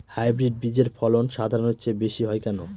Hybrid বীজের ফলন সাধারণের চেয়ে বেশী হয় কেনো?